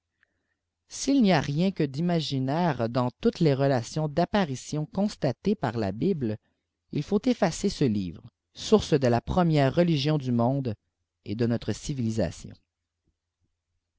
s'il n'y a rien que d'imaginaire dans toutes teç relations d'apparitions constatées par la bible il faut effacer ce livre source de la première religion du monde et de notre civilisation